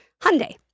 Hyundai